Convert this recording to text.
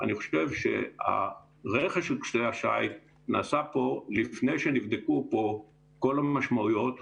אני חושב שהרכש של כלי השיט נעשה לפני שנבדקו פה כל המשמעויות,